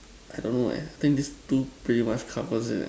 I don't know eh I think these two pretty much covers